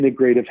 integrative